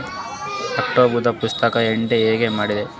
ಅಕ್ಟೋಬರ್ದು passbook entry ಹೆಂಗ್ ಮಾಡದ್ರಿ?